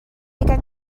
ugain